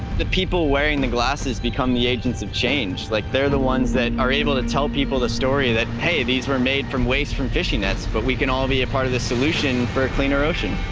the people wearing the glasses become the agents of change like they're the ones that are able to tell people the story that, hey, these were made from waste from fishing nets. but we can all be a part of the solution for a cleaner ocean.